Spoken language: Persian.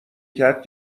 کرد